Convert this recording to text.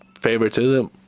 favoritism